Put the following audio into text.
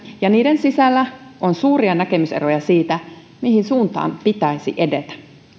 ja niiden sisällä on suuria näke myseroja siitä mihin suuntaan pitäisi edetä